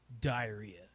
diarrhea